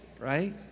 right